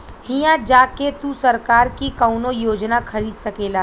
हिया जा के तू सरकार की कउनो योजना खरीद सकेला